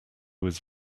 was